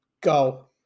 go